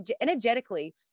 energetically